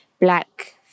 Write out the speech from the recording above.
black